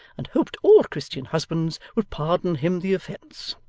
and hoped all christian husbands would pardon him the offence.